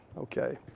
Okay